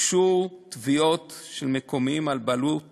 הוגשו תביעות בעלות